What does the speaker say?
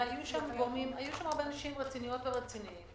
והיו שם הרבה אנשים רציניות ורציניים.